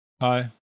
Hi